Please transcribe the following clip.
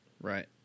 Right